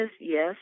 yes